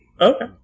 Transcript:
Okay